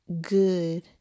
good